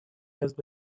حزب